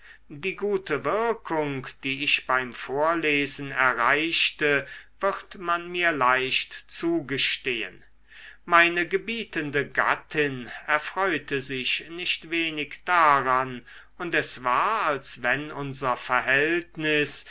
die gute wirkung die ich beim vorlesen erreichte wird man mir leicht zugestehen meine gebietende gattin erfreute sich nicht wenig daran und es war als wenn unser verhältnis